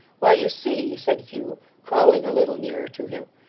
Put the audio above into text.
why, you see said hugh, crawling a little nearer to him,